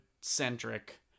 centric